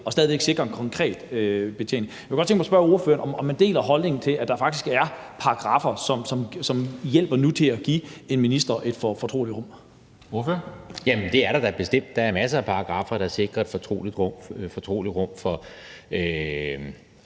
og stadig væk sikrer en konkret betjening. Jeg kunne godt tænke mig at spørge ordføreren, om han deler holdningen til, at der faktisk er paragraffer nu, som hjælper til at give en minister et fortroligt rum. Kl. 11:26 Formanden (Henrik Dam Kristensen): Ordføreren.